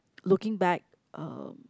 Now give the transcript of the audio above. looking back uh